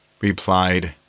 replied